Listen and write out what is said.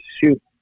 shoot